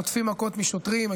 חוטפים מכות משוטרים,